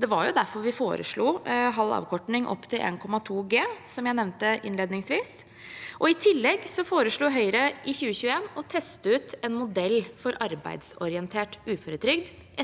Det var derfor vi foreslo halv avkorting opp til 1,2 G, som jeg nevnte innledningsvis. I tillegg foreslo Høyre i 2021 å teste ut en modell for arbeidsorientert uføretrygd, etter